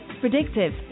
Predictive